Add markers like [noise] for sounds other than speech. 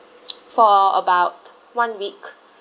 [noise] for about one week